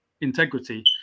integrity